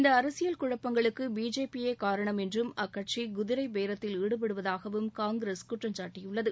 இந்த அரசியல் குழப்பங்களுக்கு பி ஜே பி யே காரணம் என்றும் அக்கட்சி குதிரை பேரத்தில் ஈடுபடுவதாகவும் காங்கிரஸ் குற்றம் சாட்டியுள்ளது